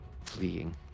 fleeing